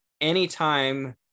anytime